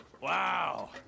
Wow